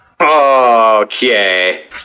Okay